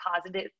positive